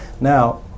Now